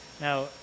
Now